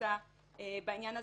שנעשה בעניין הזה,